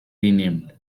renamed